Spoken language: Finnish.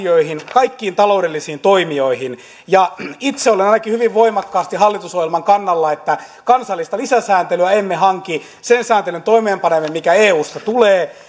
kaikkiin taloudellisiin toimijoihin itse ainakin olen hyvin voimakkaasti hallitusohjelman kannalla että kansallista lisäsääntelyä emme hanki sen sääntelyn toimeenpanemme mikä eusta tulee